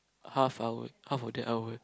half I would half of that I would